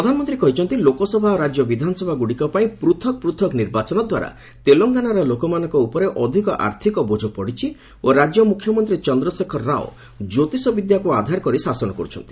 ପ୍ରଧାନମନ୍ତ୍ରୀ କହିଛନ୍ତି ଲୋକସଭା ଓ ରାଜ୍ୟ ବିଧାନସଭା ଗୁଡିକ ପାଇଁ ପୃଥକ୍ ପୂଥକ ନିର୍ବାଚନ ଦ୍ୱାରା ତେଲଙ୍ଗନାର ଲୋକମାନଙ୍କ ଉପରେ ଅଧିକ ଆର୍ଥକ ବୋଝ ପଡିଛି ଓ ରାଜ୍ୟ ମୁଖ୍ୟମନ୍ତ୍ରୀ ଚନ୍ଦ୍ରଶେଖର ରାଓ ଜ୍ୟୋତିଷ ବିଦ୍ୟାକୁ ଆଧାର କରି ଶାସନ କରୁଛନ୍ତି